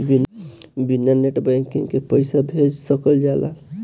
बिना net banking के पईसा भेज सकल जाला?